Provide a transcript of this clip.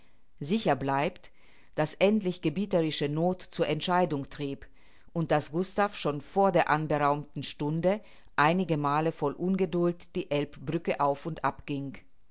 sicher bleibt daß endlich gebieterische noth zur entscheidung trieb und daß gustav schon vor der anberaumten stunde einigemale voll ungeduld die elbbrücke auf und